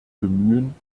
bemühen